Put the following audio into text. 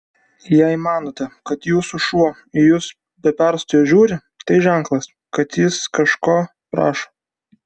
jei matote kad jūsų šuo į jus be perstojo žiūri tai ženklas kad jis kažko prašo